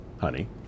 honey